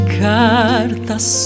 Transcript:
cartas